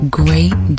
great